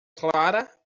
clara